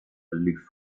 aloof